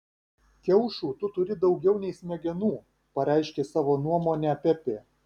kiaušų tu turi daugiau nei smegenų pareiškė savo nuomonę pepė